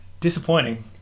Disappointing